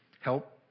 help